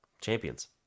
Champions